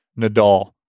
Nadal